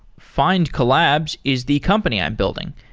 findcollabs is the company i'm building.